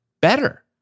better